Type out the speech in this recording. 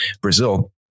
brazil